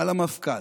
על המפכ"ל.